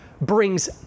brings